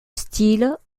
style